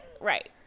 right